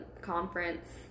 conference